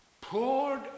Poured